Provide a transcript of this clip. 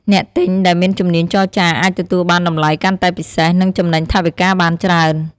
អ្នកទិញដែលមានជំនាញចរចាអាចទទួលបានតម្លៃកាន់តែពិសេស និងចំណេញថវិកាបានច្រើន។